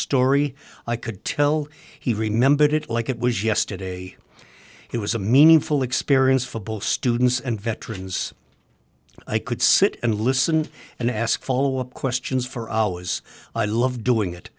story i could tell he remembered it like it was yesterday it was a meaningful experience for both students and veterans i could sit and listen and ask follow up questions for i love doing it